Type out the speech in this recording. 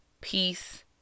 peace